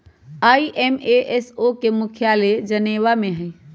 ISO के मुख्यालय Geneva में हइ